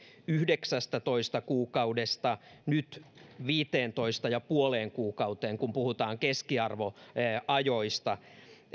yhdeksästätoista kuukaudesta nyt viiteentoista pilkku viiteen kuukauteen kun puhutaan keskiarvoajoista